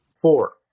Four